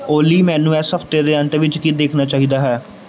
ਓਲੀ ਮੈਨੂੰ ਇਸ ਹਫਤੇ ਦੇ ਅੰਤ ਵਿੱਚ ਕੀ ਦੇਖਣਾ ਚਾਹੀਦਾ ਹੈ